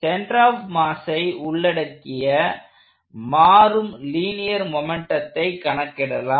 centre of மாஸை உள்ளடக்கிய மாறும் லீனியர் மொமெண்ட்டத்தை கணக்கிடலாம்